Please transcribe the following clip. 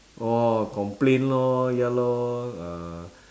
orh complain lor ya lor uh